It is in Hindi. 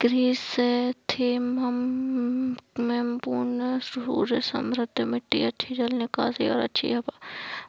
क्रिसैंथेमम में पूर्ण सूर्य समृद्ध मिट्टी अच्छी जल निकासी और अच्छी हवा